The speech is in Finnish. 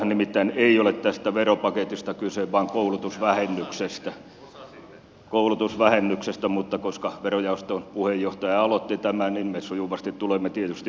tässähän nimittäin ei ole tästä veropaketista kyse vaan koulutusvähennyksestä mutta koska verojaoston puheenjohtaja aloitti tämän niin me sujuvasti tulemme tietysti mukana